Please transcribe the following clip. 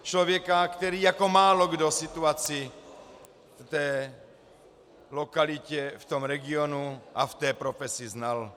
Člověka, který jako málokdo situaci v lokalitě, v regionu a v té profesi znal.